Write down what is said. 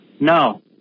no